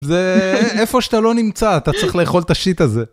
זה איפה שאתה לא נמצא אתה צריך לאכול את השיט הזה.